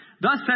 Thus